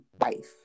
wife